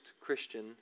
Christian